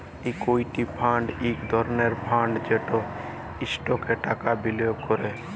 equity fund ইক ধরলের fund যেট ইস্টকসে টাকা বিলিয়গ ক্যরে